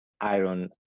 iron